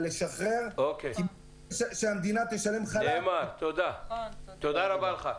תודה רבה לך.